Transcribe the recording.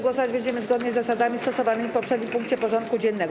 Głosować będziemy zgodnie z zasadami stosowanymi w poprzednim punkcie porządku dziennego.